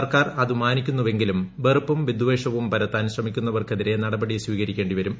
സർക്കാർ അത് മാനിക്കുന്നുവെങ്കിലും വെറുപ്പും വിദ്വേഷവും പരത്താൻ ശ്രമിക്കുന്നവർക്കെതിരെ നടപടി സ്വീകരിക്കേണ്ടിവരും